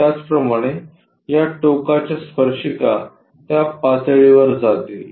त्याचप्रमाणे या टोकाच्या स्पर्शिका त्या पातळीवर जातील